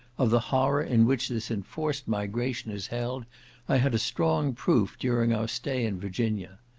of the horror in which this enforced migration is held i had a strong proof during our stay in virginia.